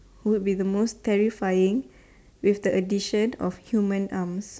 would be the most terrifying with the addition of human arms